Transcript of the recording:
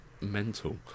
Mental